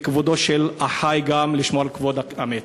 מכבודו של החי גם לשמור על כבוד המת.